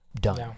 done